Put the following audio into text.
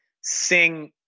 sing –